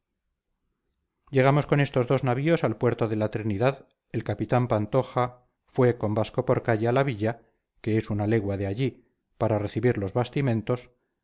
llegados con estos dos navíos al puerto de la trinidad el capitán pantoja fue con vasco porcalle a la villa que es una legua de allí para recibir los bastimentos